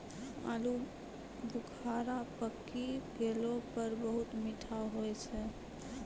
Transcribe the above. आलू बुखारा पकी गेला पर बहुत मीठा होय छै